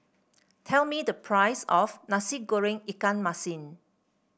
tell me the price of Nasi Goreng Ikan Masin